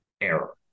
error